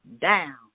down